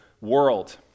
world